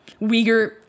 Uyghur